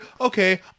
okay